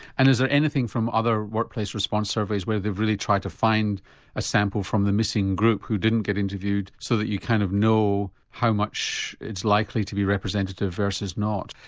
and is there anything from other workplace response surveys where they've really tried to find a sample from the missing group who didn't get interviewed so that you kind of know how much is likely to be representative versus not?